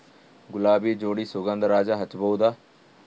ಗುಲಾಬಿ ಜೋಡಿ ಸುಗಂಧರಾಜ ಹಚ್ಬಬಹುದ?